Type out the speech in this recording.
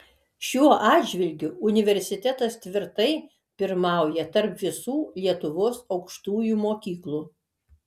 šiuo atžvilgiu universitetas tvirtai pirmauja tarp visų lietuvos aukštųjų mokyklų